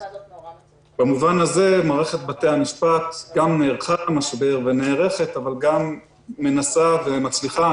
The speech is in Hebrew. במובן הזה מערכת בתי המשפט גם נערכה למשבר ונערכת אבל גם מנסה ומצליחה,